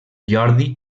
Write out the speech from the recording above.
jordi